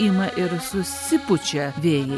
ima ir susipučia vėjai